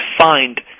find